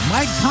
Mike